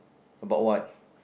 about what